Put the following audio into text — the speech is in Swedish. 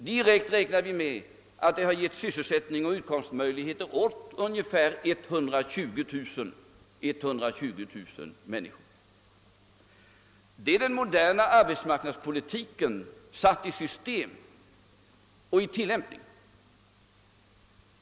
Vi räknar med att det härigenom direkt skapats sysselsättningsoch utkomstmöjligheter för ungefär 120 000 människor. Detta är den moderna arbetsmarknadspolitiken, satt i system och satt i tillämpning.